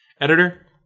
Editor